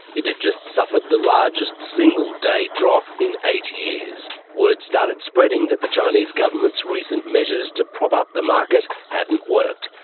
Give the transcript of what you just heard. it had just suffered the largest single day drop in eight years. word started spreading that the chinese government's recent measures to prop up the market hadn't worked.